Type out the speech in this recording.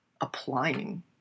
applying